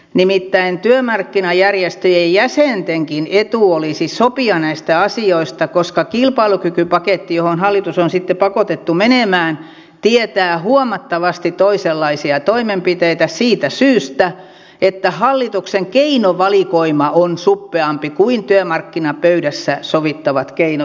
nimittäin työmarkkinajärjestöjen jäsentenkin etu olisi sopia näistä asioista koska kilpailukykypaketti johon hallitus on sitten pakotettu menemään tietää huomattavasti toisenlaisia toimenpiteitä siitä syystä että hallituksen keinovalikoima on suppeampi kuin työmarkkinapöydässä sovittavat keinot